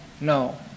No